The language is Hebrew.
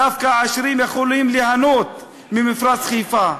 דווקא העשירים יכולים ליהנות ממפרץ חיפה.